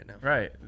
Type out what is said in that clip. right